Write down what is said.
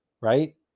Right